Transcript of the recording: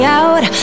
out